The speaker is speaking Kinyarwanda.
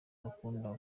akunda